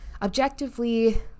Objectively